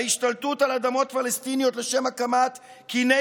ההשתלטות על אדמות פלסטיניות לשם הקמת קיני